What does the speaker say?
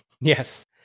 Yes